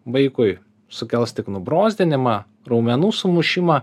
vaikui sukels tik nubrozdinimą raumenų sumušimą